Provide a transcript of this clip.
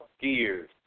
gears